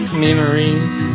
memories